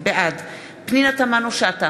בעד פנינה תמנו-שטה,